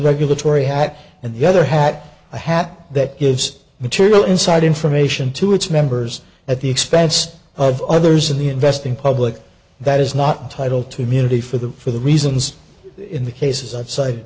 regulatory hat and the other hat a hat that gives material inside information to its members at the expense of others in the investing public that is not title to immunity for the for the reasons in the cases